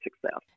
success